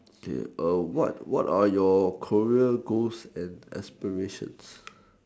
oh what what are your career goals and aspirations